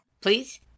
Please